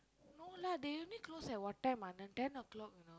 no lah they only close at what time Anand ten o-clock you know